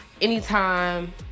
anytime